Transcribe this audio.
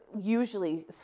usually